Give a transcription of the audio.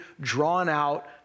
drawn-out